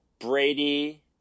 Brady